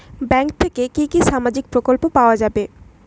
Bank থেকে কি কি সামাজিক প্রকল্প পাওয়া যাবে?